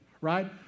Right